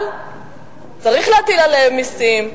אבל צריך להטיל עליהם מסים,